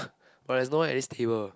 but there's no one at this table